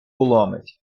ломить